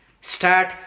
Start